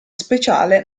speciale